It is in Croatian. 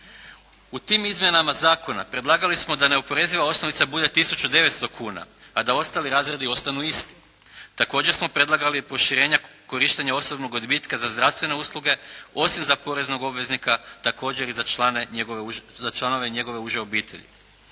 U tim izmjenama zakona predlagali smo da neoporeziva osnovica bude tisuću 900 kuna, a da ostali razredi ostanu isti. Također smo predlagali proširenja korištenja osobnog odbitka za zdravstvene usluge osim za poreznog obveznika, također i za članove njegove uže obitelji